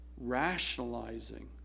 rationalizing